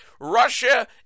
Russia